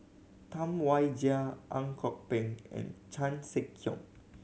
Tam Wai Jia Ang Kok Peng and Chan Sek Keong